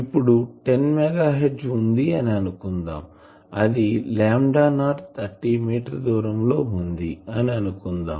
ఇప్పుడు 10 megahertz వుంది అనుకుందాంఅది లాంబ్డా నాట్ 30 మీటర్ దూరం లో వుంది అనుకుందాం